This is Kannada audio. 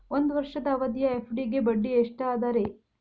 ಒಂದ್ ವರ್ಷದ ಅವಧಿಯ ಎಫ್.ಡಿ ಗೆ ಬಡ್ಡಿ ಎಷ್ಟ ಅದ ರೇ?